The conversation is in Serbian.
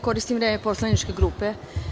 Koristim vreme poslaničke grupe.